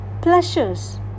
pleasures